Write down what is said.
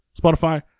Spotify